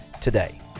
today